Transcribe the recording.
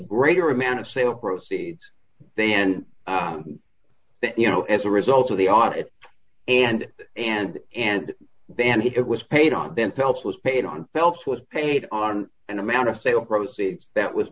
greater amount of sale proceeds then you know as a result of the audit and and and then it was paid on themselves was paid on phelps was paid on an amount of sale proceeds that was